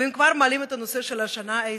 ואם כבר מעלים את הנושא של השנה האזרחית,